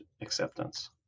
acceptance